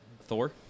Thor